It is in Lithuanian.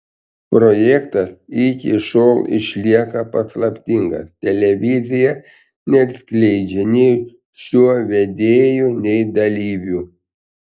projektas iki šiol išlieka paslaptingas televizija neatskleidžia nei šou vedėjų nei dalyvių